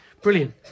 Brilliant